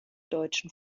deutschen